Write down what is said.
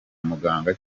muganga